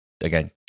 again